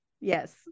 Yes